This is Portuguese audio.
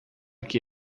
que